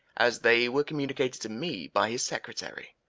as they were communicated to me by his secretary,